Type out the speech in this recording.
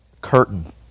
Curtain